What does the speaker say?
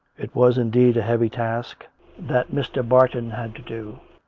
it was, indeed, a heavy task that mr. barton had to do.